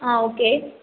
ஆ okay